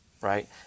Right